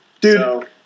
Dude